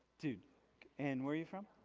dude and where are you from?